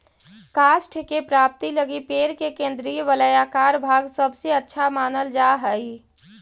काष्ठ के प्राप्ति लगी पेड़ के केन्द्रीय वलयाकार भाग सबसे अच्छा मानल जा हई